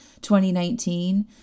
2019